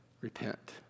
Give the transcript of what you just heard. repent